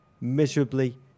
miserably